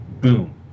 boom